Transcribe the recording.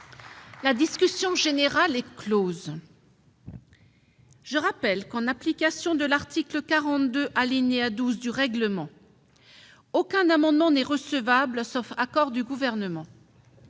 la commission mixte paritaire. Je rappelle que, en application de l'article 42, alinéa 12, du règlement, aucun amendement n'est recevable, sauf accord du Gouvernement